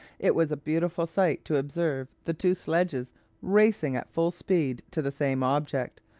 it was a beautiful sight to observe the two sledges racing at full speed to the same object,